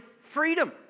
freedom